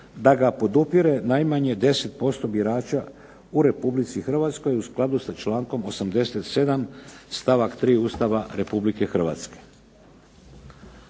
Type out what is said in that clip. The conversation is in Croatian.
da ga podupire najmanje 10% birača u Republici Hrvatskoj u skladu sa člankom 87. stavak 3. Ustava Republike Hrvatske.